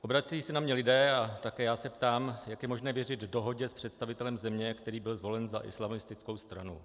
Obracejí se na mě lidé a také já se ptám, jak je možné věřit dohodě s představitelem země, který byl zvolen za islamistickou stranu.